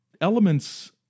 elements